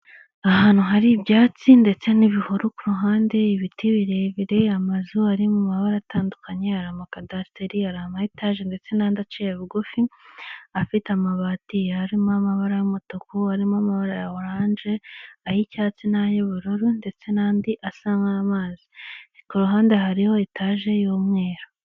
Ahantu hari ibyatsi ndetse n'ibihuru ku ruhande, ibiti birebire, amazu ari mu mabara atandukanye hari amakasitere, hari ama etaje n'andi aciye bugufi afite amabati yarimo amabara y'umutuku, arimo amabara ya oranje, ay'icyatsi n'ay'ubururu ndetse n'andi asa nk'amazi, ku ruhande hariho etaje y'umweru.